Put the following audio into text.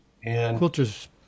Quilter's